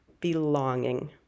belonging